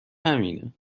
همینه